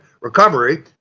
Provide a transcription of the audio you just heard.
recovery